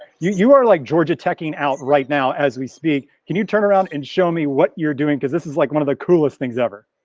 you you are like georgia tech is out right now as we speak. can you turn around and show me what you're doing, cause this is like one of the coolest things ever.